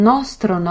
Nostro